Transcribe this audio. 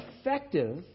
effective